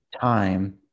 time